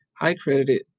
high-credited